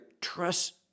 trust